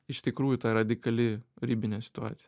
iš tikrųjų ta radikali ribinė situacija